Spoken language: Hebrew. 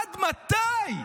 עד מתי?